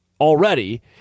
already